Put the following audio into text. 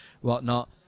whatnot